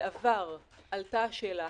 בעבר עלתה השאלה,